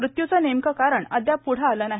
मृत्यूचे नेमके कारण अद्याप प्ढे आले नाही